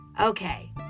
Okay